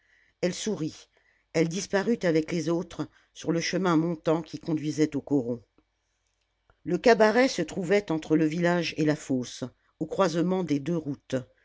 elle sourit elle disparut avec les autres sur le chemin montant qui conduisait au coron le cabaret se trouvait entre le village et la fosse au croisement des deux routes